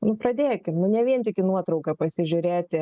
nu pradėkim nu ne vien tik į nuotrauką pasižiūrėti